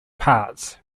parts